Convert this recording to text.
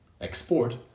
export